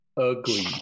ugly